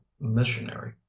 missionary